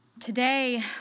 Today